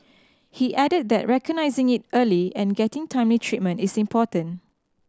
he added that recognising it early and getting timely treatment is important